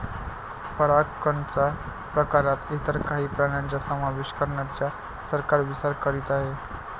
परागकणच्या प्रकारात इतर काही प्राण्यांचा समावेश करण्याचा सरकार विचार करीत आहे